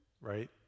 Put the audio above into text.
right